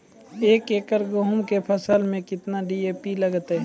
एक एकरऽ गेहूँ के फसल मे केतना डी.ए.पी लगतै?